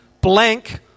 blank